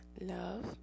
love